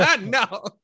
No